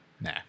Nah